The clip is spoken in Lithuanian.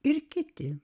ir kiti